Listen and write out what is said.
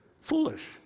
foolish